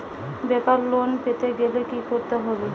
বেকার লোন পেতে গেলে কি করতে হবে?